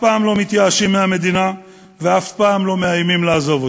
פעם לא מתייאשים מהמדינה ואף פעם לא מאיימים לעזוב אותה,